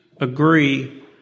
agree